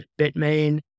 Bitmain